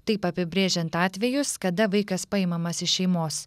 taip apibrėžiant atvejus kada vaikas paimamas iš šeimos